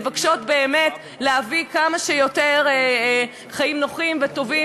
מבקשות באמת להביא כמה שיותר חיים נוחים וטובים